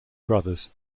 brothers